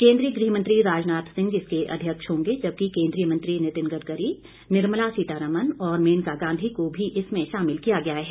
केन्द्रीय गृह मंत्री राजनाथ सिंह इसके अध्यक्ष होंगे जबकि केन्द्रीय मंत्री नितीन गडकरी निर्मला सीतारमन और मेनका गांधी को भी इसमें शामिल किया गया है